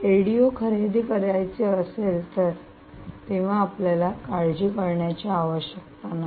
LDO खरेदी करायचे असेल तेव्हा आपल्याला काळजी करण्याची आवश्यकता नाही